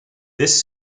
this